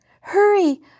Hurry